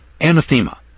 anathema